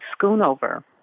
Schoonover